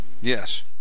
Yes